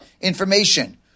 information